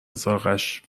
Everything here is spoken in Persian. ذائقهاش